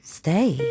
stay